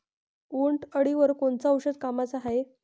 उंटअळीवर कोनचं औषध कामाचं हाये?